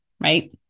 right